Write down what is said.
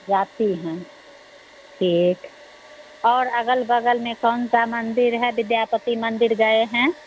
जाती हैं ठीक और अगल बगल में कौन सा मंदिर है विद्यापति मंदिर गए हैं